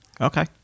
Okay